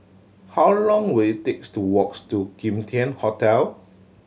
how long will it takes to walks to Kim Tian Hotel